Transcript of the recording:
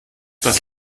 das